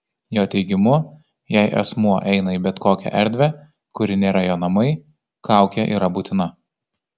jo teigimu jei asmuo eina į bet kokią erdvę kuri nėra jo namai kaukė yra būtina